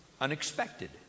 unexpected